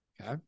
Okay